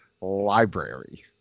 Library